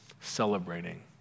celebrating